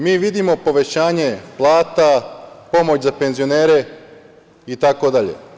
Mi vidimo povećanje plata, pomoć za penzionere, itd.